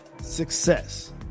success